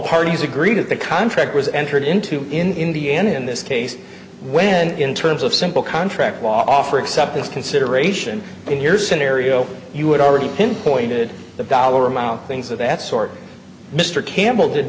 parties agree that the contract was entered into in the end in this case when in terms of simple contract offer except this consideration in your scenario you would already pinpointed the dollar amount things of that sort mr campbell did